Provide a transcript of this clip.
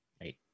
right